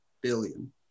billion